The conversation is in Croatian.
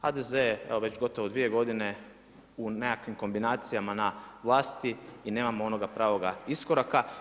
HDZ je evo već 2 godine u nekakvim kombinacijama na vlasti i nemamo onoga pravoga iskoraka.